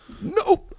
Nope